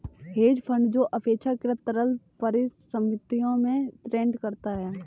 hedge fund जो अपेक्षाकृत तरल परिसंपत्तियों में ट्रेड करता है